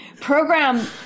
program